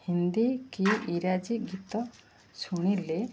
ହିନ୍ଦୀ କି ଇଂରାଜୀ ଗୀତ ଶୁଣିଲେ